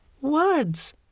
Words